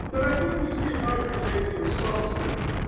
but i think we see a bifurcated response to it.